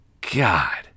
God